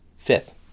Fifth